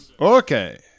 Okay